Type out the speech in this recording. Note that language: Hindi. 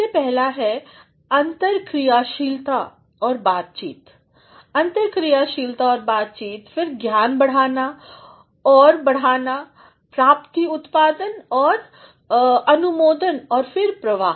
सबसे पहला हैअन्तरक्रियाशीलताऔर बातचीत अन्तरक्रियाशीलता और बातचीत फिर ज्ञान बनाना और बढ़ाना प्राप्तिउत्पादनऔरअनुमोदनऔर फिर प्रवाह